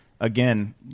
again